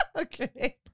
Okay